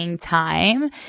time